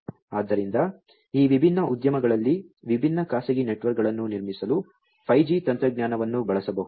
ಆದ್ದರಿಂದ ಈ ವಿಭಿನ್ನ ಉದ್ಯಮಗಳಲ್ಲಿ ವಿಭಿನ್ನ ಖಾಸಗಿ ನೆಟ್ವರ್ಕ್ಗಳನ್ನು ನಿರ್ಮಿಸಲು 5G ತಂತ್ರಜ್ಞಾನವನ್ನು ಬಳಸಬಹುದು